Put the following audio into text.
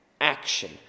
action